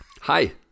Hi